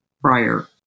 prior